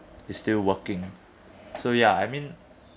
is still working so ya I mean